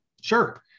Sure